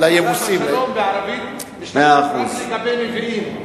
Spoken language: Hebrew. "עליו השלום", בערבית, משמש רק לגבי נביאים.